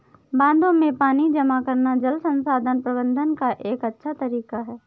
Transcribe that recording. बांधों में पानी जमा करना जल संसाधन प्रबंधन का एक अच्छा तरीका है